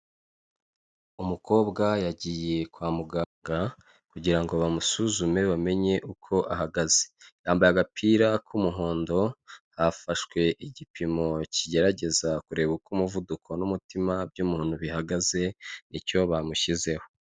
Umukobwa yagiye kwa muganga kugira ngo bamusuzume bamenye uko ahagaze, yambaye agapira k'umuhondo, hafashwe igipimo kigerageza kureba uko umuvuduko n'umutima by'umuntu bihagaze nicyo bamushyizeho.